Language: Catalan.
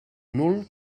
nul